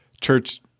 church